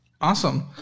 awesome